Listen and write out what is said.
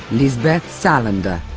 lisbeth salander.